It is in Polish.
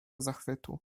zachwytu